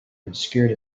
obscured